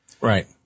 Right